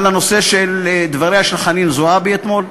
על נושא דבריה של חנין זועבי אתמול?